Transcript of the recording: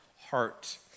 Heart